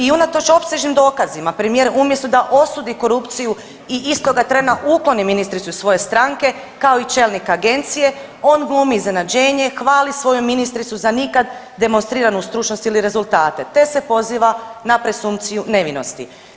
I unatoč opsežnim dokazima premijer umjesto da osudi korupciju i istoga trena ukloni ministricu iz svoje stranke kao i čelnika agencije, on glumi iznenađenje, hvali svoju ministricu za nikad demonstriranu stručnost ili rezultate te se poziva na presumpciju nevinosti.